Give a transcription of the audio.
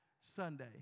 Sunday